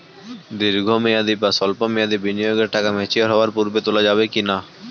দীর্ঘ মেয়াদি বা সল্প মেয়াদি বিনিয়োগের টাকা ম্যাচিওর হওয়ার পূর্বে তোলা যাবে কি না?